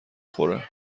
خوره